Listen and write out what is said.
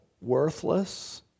worthless